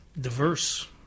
diverse